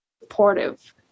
supportive